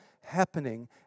happening